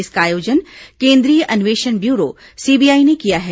इसका आयोजन केंद्रीय अन्वेषण ब्यूरो सीबीआई ने किया है